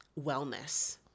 wellness